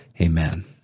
amen